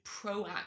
proactive